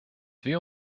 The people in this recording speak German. wir